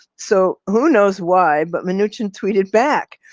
so who knows why, but minuchin tweeted back,